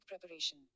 preparation